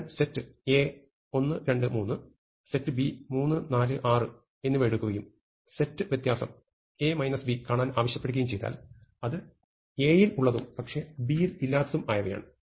ഞാൻ set A 1 2 3 set B 3 4 6 എന്നിവ എടുക്കുകയും സെറ്റ് വ്യത്യാസം A B കാണാൻ ആവശ്യപ്പെടുകയും ചെയ്താൽ അത് A യിൽ ഉള്ളതും പക്ഷേ B യിൽ ഇല്ലാത്തതും ആയവയാണ്